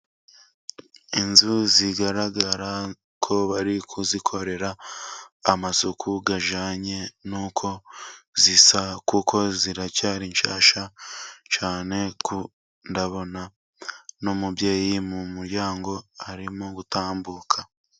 Inzu zigaragara ko bari kuzikorera amasuku ajyanye n'uko zisa, kuko ziracyari nshyashya cyane kuko ndabona n'umubyeyi mu muryango arimo gutambuka.